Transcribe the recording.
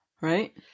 right